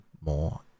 more